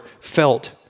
felt